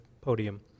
podium